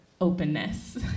openness